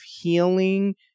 healing